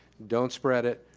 don't spread it,